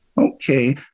Okay